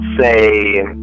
say